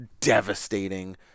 devastating